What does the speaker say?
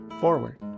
forward